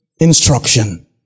instruction